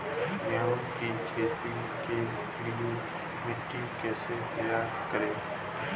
गेहूँ की खेती के लिए मिट्टी कैसे तैयार करें?